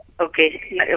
Okay